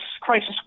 crisis